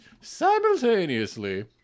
simultaneously